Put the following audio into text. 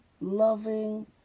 loving